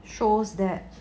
shows that